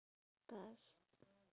pass